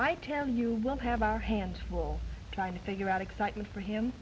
i tell you we'll have our hands full trying to figure out excitement for him